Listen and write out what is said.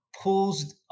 pulls